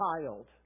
child